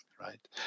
right